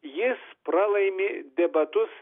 jis pralaimi debatus